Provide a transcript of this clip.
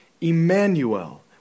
Emmanuel